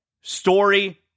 story